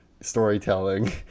storytelling